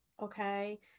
Okay